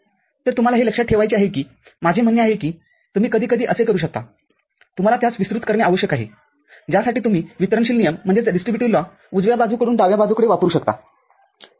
तर तुम्हाला हे लक्षात ठेवायचे आहे की माझे म्हणणे आहे की तुम्ही कधीकधी असे करू शकता तुम्हाला त्यास विस्तृत करणे आवश्यक आहे ज्यासाठी तुम्ही वितरणशील नियम उजव्या बाजूकडून डाव्या बाजूकडे वापरू शकता ठीक आहे